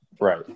Right